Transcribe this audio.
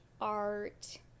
art